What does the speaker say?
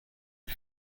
are